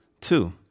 Two